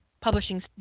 publishing